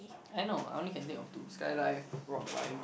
eh no I only can think of two sky dive rock climb